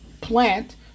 plant